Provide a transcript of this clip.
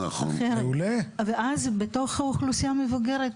ואז בתוך האוכלוסייה המבוגרת,